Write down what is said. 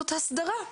זאת הסדרה.